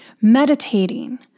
meditating